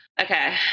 Okay